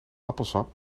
appelsap